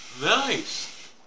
Nice